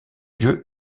lieu